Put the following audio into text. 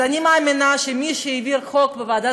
אז אני מאמינה שמי שהעביר חוק בוועדת